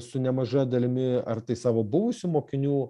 su nemaža dalimi ar tai savo buvusių mokinių